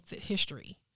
history